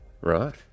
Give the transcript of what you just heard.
Right